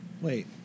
Wait